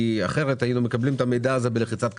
כי אחרת היינו מקבלים את המידע הזה בלחיצת כפתור.